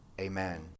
amen